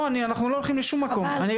אנחנו לא הולכים לשום מקום --- חבל,